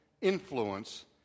influence